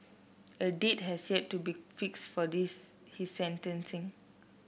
a date has yet to be fixed for this his sentencing